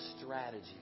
strategy